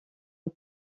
aux